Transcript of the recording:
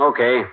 Okay